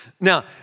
Now